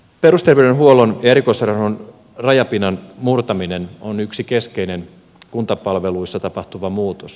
perusterveydenhuollon ja erikoissairaanhoidon rajapinnan murtaminen on yksi keskeinen kuntapalveluissa tapahtuva muutos